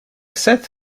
seth